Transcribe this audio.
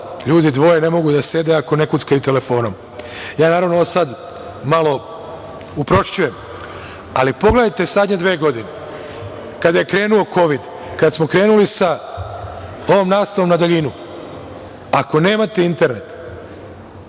valjda dvoje ne mogu da sede ako ne kuckaju telefonom. Ovo sada malo uprošćujem, ali pogledajte, sada je dve godine, kada je krenuo kovid, kada smo krenuli sa ovom nastavom na daljinu, ako nemate internet,